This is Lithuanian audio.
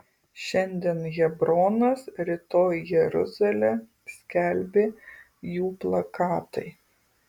šiandien hebronas rytoj jeruzalė skelbė jų plakatai